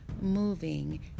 moving